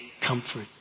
comfort